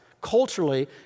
culturally